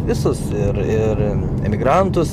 visus ir ir emigrantus